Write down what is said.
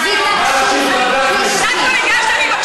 לשבת ולהקשיב לי.